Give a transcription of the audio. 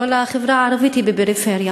כל החברה הערבית היא בפריפריה.